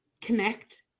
connect